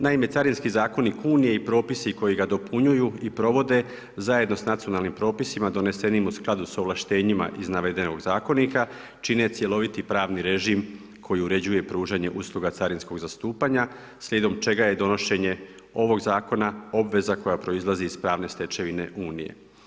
Naime, Carinski zakonik Unije i propisi koji ga dopunjuju i provode zajedno sa nacionalnim propisima donesenim u skladu s ovlaštenjima iz navedenog zakonika čine cjeloviti pravni režim koji uređuje pružanje usluga carinskog zastupanja slijedom čega je donošenje ovog zakona obveza koja proizlazi iz pravne stečevine Unije.